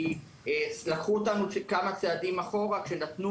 כי לקחו אותנו כמה צעדים אחורה כשנתנו